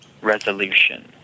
resolution